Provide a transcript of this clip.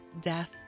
death